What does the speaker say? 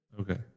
okay